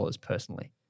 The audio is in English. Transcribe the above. personally